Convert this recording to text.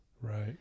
Right